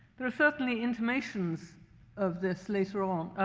there are certainly intimations of this later on.